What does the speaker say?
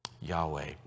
Yahweh